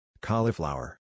Cauliflower